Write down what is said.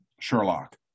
Sherlock